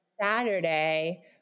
Saturday